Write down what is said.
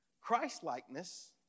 Christ-likeness